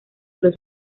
los